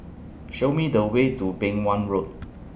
Show Me The Way to Beng Wan Road